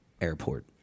airport